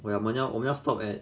well 我们我们要 stop at